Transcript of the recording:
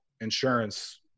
insurance